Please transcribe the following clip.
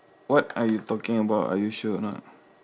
what are you talking about are you sure or not